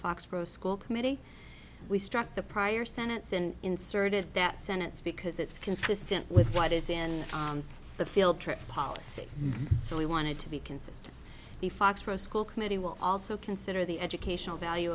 foxboro school committee we struck the prior senate and inserted that senate because it's consistent with what is in the field trip policy so we wanted to be consistent the foxboro school committee will also consider the educational value